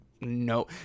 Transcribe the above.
no